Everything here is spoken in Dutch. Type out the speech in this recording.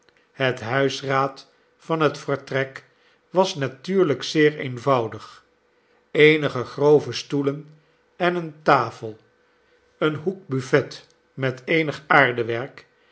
het huisraad van het vertrek was natuurlijk zeer eenvoudig eenige grove stoelen en eene tafel een hoekbuffet met eenig aardewerk en